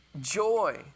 joy